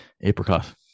apricot